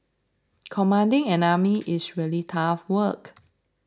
commanding an army is really tough work